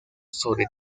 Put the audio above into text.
sobre